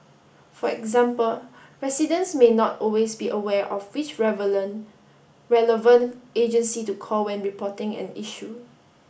for example residents may not always be aware of which relevant agency to call when reporting an issue